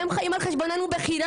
והם חיים על חשבוננו בחינם.